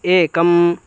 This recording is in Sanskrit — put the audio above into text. एकम्